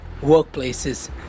workplaces